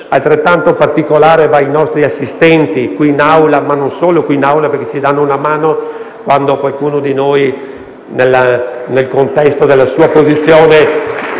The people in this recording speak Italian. altrettanto particolare va ai nostri assistenti qui in Aula, ma non solo qui in Aula, perché ci danno una mano quando qualcuno di noi si agita un po'